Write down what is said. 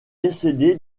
décédé